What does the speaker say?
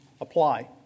apply